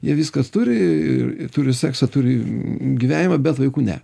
jie viskas turi ir turi seksą turi gyvenimą bet vaikų ne